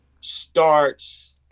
starts